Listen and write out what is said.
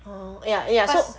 oh eh ya eh ya so